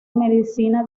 medicina